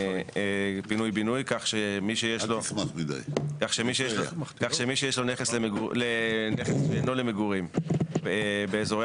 פינוי-בינוי כך שמי שיש לו נכס לא למגורים באזורי